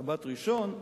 שבת-ראשון,